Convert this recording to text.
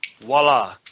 voila